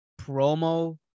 promo